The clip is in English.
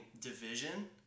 division